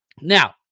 Now